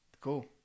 Cool